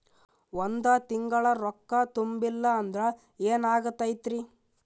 ಒಂದ ತಿಂಗಳ ರೊಕ್ಕ ತುಂಬಿಲ್ಲ ಅಂದ್ರ ಎನಾಗತೈತ್ರಿ?